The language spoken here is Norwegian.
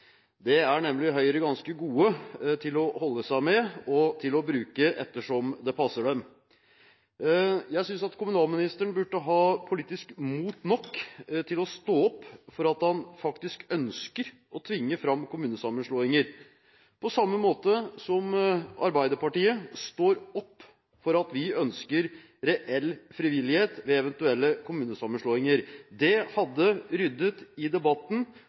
er Høyre nemlig ganske gode til å holde seg med og til å bruke som det passer dem. Jeg synes at kommunalministeren burde ha nok politisk mot til å stå opp for at han faktisk ønsker å tvinge fram kommunesammenslåinger, på samme måte som Arbeiderpartiet står opp for at vi ønsker reell frivillighet ved eventuelle kommunesammenslåinger. Det hadde ryddet i debatten